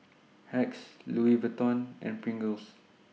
Hacks Louis Vuitton and Pringles